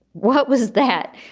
what was that?